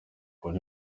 biri